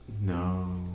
No